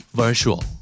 virtual